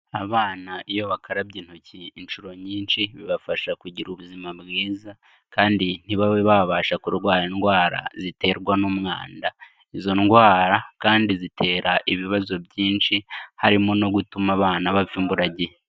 Abana iyo bakarabye intoki inshuro nyinshi bibafasha kugira ubuzima bwiza kandi ntibabe babasha kurwara indwara ziterwa n'umwanda, izo ndwara kandi zitera ibibazo byinshi, harimo no gutuma abana bapfa imburagihe.